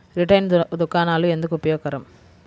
Retail దుకాణాలు ఎందుకు ఉపయోగకరం?